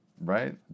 right